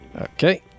Okay